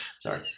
Sorry